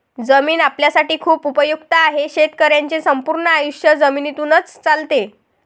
जमीन आपल्यासाठी खूप उपयुक्त आहे, शेतकऱ्यांचे संपूर्ण आयुष्य जमिनीतूनच चालते